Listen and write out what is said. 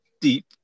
deep